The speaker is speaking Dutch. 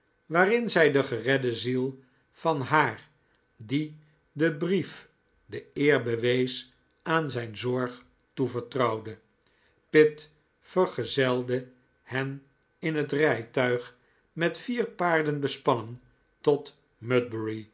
waarin zij de geredde ziel van haar die den brief de eer bewees aan zijn zorg toevertrouwde pitt vergezelde hen in het rijtuig met vier paarden bespannen tot